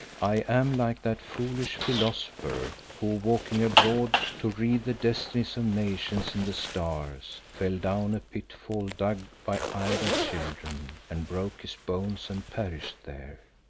i am like that foolish philosopher who, walking abroad to read the destinies of nations in the stars, fell down a pitfall dug by idle children and broke his bones and perished there.